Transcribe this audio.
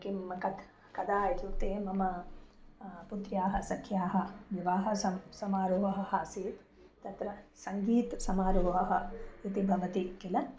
किं कत् कदा इत्युक्ते मम पुत्र्याः सख्याः विवाहः सं समारोहः आसीत् तत्र सङ्गीतसमारोहः इति भवति किल